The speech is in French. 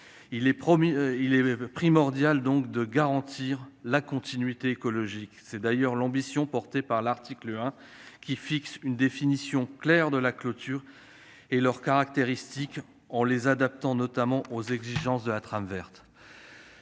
Il est primordial de garantir la continuité écologique. C'est d'ailleurs toute l'ambition de l'article 1, qui contient une définition claire de la clôture et de ses caractéristiques, tout en adaptant ces dernières aux exigences de la trame verte.